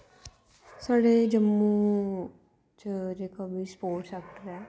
साढ़े जम्मू च जेह्का बी स्पोर्टस सैक्टर ऐ